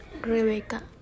Rebecca